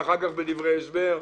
ואחר כך נגיד בדברי ההסבר...